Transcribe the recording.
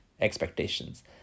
expectations